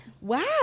Wow